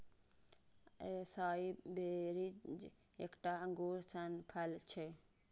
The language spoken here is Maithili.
एसाई बेरीज एकटा अंगूर सन फल छियै